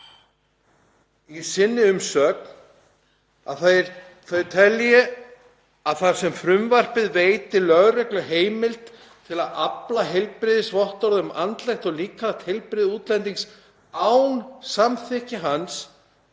og bendir á að þau telji að þar sem frumvarpið veiti lögreglu heimild til að afla heilbrigðisvottorða um andlegt og líkamlegt heilbrigði útlendings án samþykkis hans